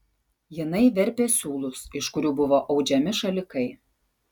jinai verpė siūlus iš kurių buvo audžiami šalikai